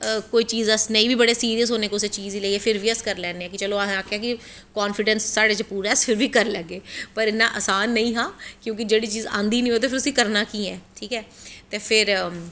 कोई चीज़ अस नेंई बी बड़े सिरियस होंनें कुसै चीज़ गी लेईयै ते फिर बी अस करी लैन्ने कि चलो असैं आक्खेआ कांफिडैंस साढ़े च पूरा ऐ अस करी लैग्गे पर इन्ना असान नेंई हा क्योंकि जेह्ड़ी चीज़ आंदी नी होऐ तां पिर उसी करनां कियां ऐं ते फिर